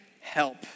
help